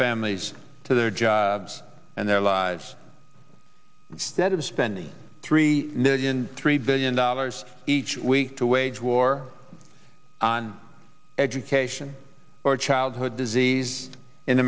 families to their jobs and their lives stead of spending three million three billion dollars each week to wage war on education or childhood disease in